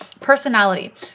Personality